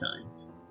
times